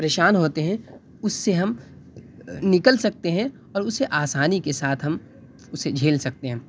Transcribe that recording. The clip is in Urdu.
پریشان ہوتے ہیں اس سے ہم نکل سکتے ہیں اور اسے آسانی کے ساتھ ہم اسے جھیل سکتے ہیں